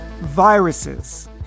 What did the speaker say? Viruses